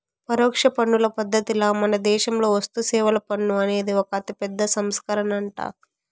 పరోక్ష పన్నుల పద్ధతిల మనదేశంలో వస్తుసేవల పన్ను అనేది ఒక అతిపెద్ద సంస్కరనంట